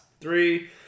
three